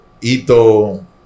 Ito